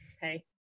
Hey